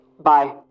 bye